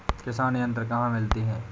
किसान यंत्र कहाँ मिलते हैं?